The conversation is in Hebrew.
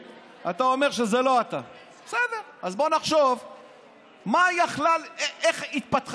הכול בסדר, גם אתה וגם כל המפלגה